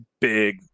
big